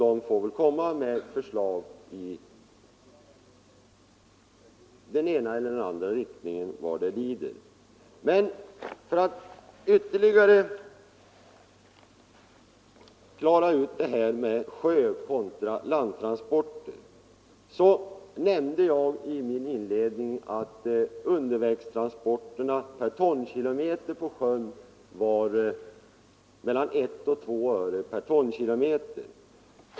Utredningen får väl komma med förslag i det här avseendet så småningom. Men för att ytterligare klara ut det här med sjötransporter kontra landtransporter nämnde jag i min inledning att kostnaderna vid undervägstransporterna på sjön är mellan 1 och 2 öre per tonkilometer.